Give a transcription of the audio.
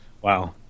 Wow